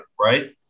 right